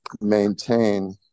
maintain